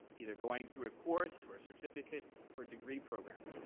either going through a course or certificate or degree program.